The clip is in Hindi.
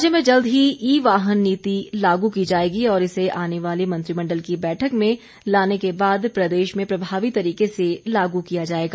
राज्य में जल्द ही ई वाहन नीति लागू की जाएगी और इसे आने वाली मंत्रिमंडल की बैठक में लाने के बाद प्रदेश में प्रभावी तरीके से लागू किया जाएगा